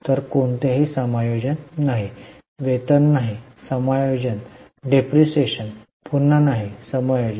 तर कोणतेही समायोजन नाही वेतन नाही समायोजन डेप्रिसिएशन पुन्हा नाही समायोजन